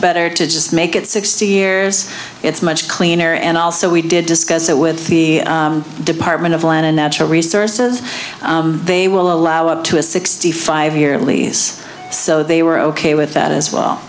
better to just make it sixty years it's much cleaner and also we did discuss it with the department of land and natural resources they will allow up to a sixty five year lease so they were ok with that as well